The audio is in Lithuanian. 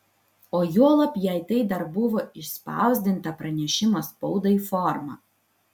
o juolab jei tai dar buvo išspausdinta pranešimo spaudai forma